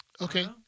Okay